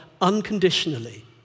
unconditionally